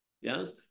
Yes